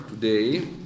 today